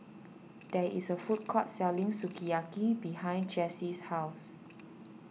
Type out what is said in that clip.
there is a food court selling Sukiyaki behind Jessye's house